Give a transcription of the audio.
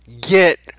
get –